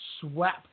swept